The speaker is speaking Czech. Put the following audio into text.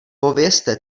povězte